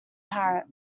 parrot